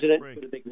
president